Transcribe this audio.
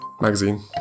Magazine